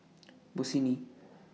Bossini